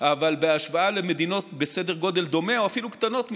אבל בהשוואה למדינות בסדר גודל דומה או אפילו קטנות מאיתנו,